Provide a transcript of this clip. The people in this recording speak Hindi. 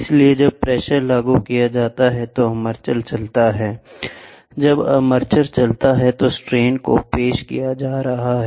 इसलिए जब प्रेशर लागू किया जाता है तो आर्मेचर चलता है जब आर्मेचर चलता है तो स्ट्रेन को पेश किया जा रहा है